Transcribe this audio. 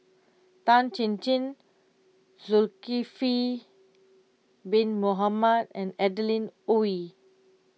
Tan Chin Chin Zulkifli Bin Mohamed and Adeline Ooi